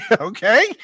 Okay